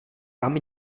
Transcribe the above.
kam